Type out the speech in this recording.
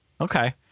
Okay